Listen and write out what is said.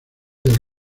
del